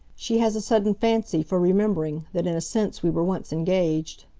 she has a sudden fancy for remembering that in a sense we were once engaged.